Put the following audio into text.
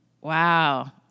Wow